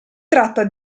tratta